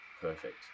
perfect